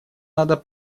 надо